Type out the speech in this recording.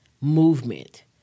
movement